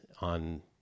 on